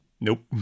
Nope